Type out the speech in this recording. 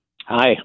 Hi